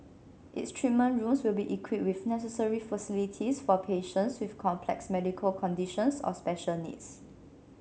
its treatment rooms will be equipped with necessary facilities for patients with complex medical conditions or special needs